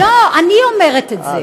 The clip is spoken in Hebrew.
לא, אני אומרת את זה.